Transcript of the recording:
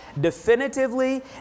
definitively